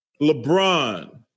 LeBron